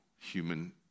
human